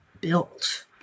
built